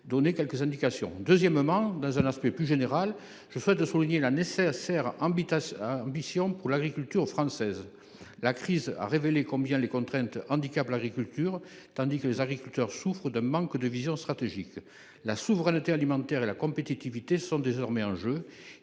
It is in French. je souhaite réaffirmer la nécessaire ambition agricole de la France : la crise a révélé combien les contraintes handicapaient l’agriculture, tandis que les agriculteurs souffrent d’un manque de vision stratégique. La souveraineté alimentaire et la compétitivité sont désormais en jeu.